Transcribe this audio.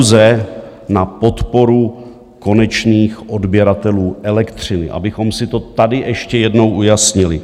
Pouze na podporu konečných odběratelů elektřiny, abychom si to tady ještě jednou ujasnili.